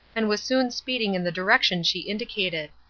and was soon speeding in the direction she indicated.